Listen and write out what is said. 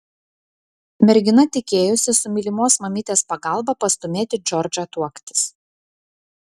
mergina tikėjosi su mylimos mamytės pagalba pastūmėti džordžą tuoktis